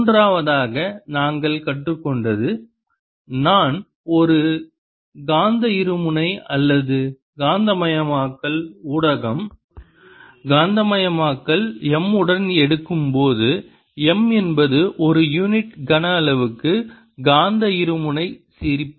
மூன்றாவதாக நாங்கள் கற்றுக்கொண்டது நான் ஒரு காந்த இருமுனை அல்லது காந்தமயமாக்கல் ஊடகம் காந்தமயமாக்கல் M உடன் எடுக்கும்போது M என்பது ஒரு யூனிட் கனஅளவுக்கு காந்த இருமுனை சிரிப்பு